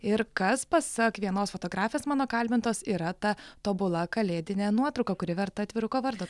ir kas pasak vienos fotografės mano kalbintos yra ta tobula kalėdinė nuotrauka kuri verta atviruko vardo